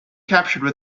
captured